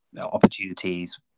opportunities